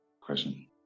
Question